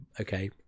okay